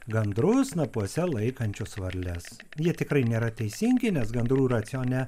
gandrus snapuose laikančius varles jie tikrai nėra teisingi nes gandrų racione